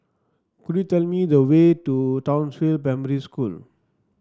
could you tell me the way to Townsville Primary School